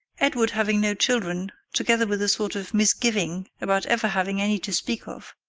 edward having no children, together with a sort of misgiving about ever having any to speak of,